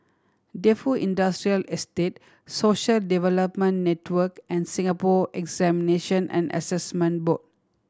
Defu Industrial Estate Social Development Network and Singapore Examinations and Assessment Board